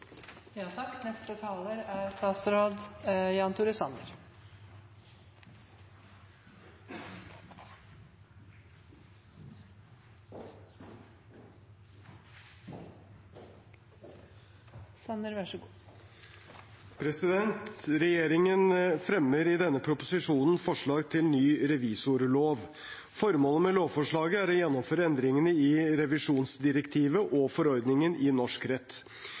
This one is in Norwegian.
Regjeringen fremmer i denne proposisjonen forslag til ny revisorlov. Formålet med lovforslaget er å gjennomføre endringene i revisjonsdirektivet og forordningen i norsk rett.